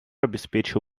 обеспечил